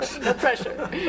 Pressure